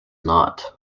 not